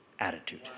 attitude